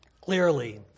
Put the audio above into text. clearly